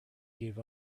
gave